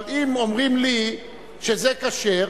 אבל אם אומרים לי שזה כשר,